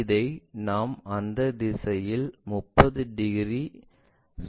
இதை நாம் அந்த திசையில் 30 டிகிரி சுமற்ற வேண்டும்